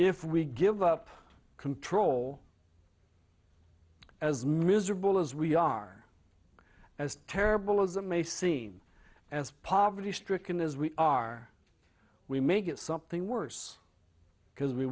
if we give up control as miserable as we are as terrible as it may seem as poverty stricken as we are we may get something worse because we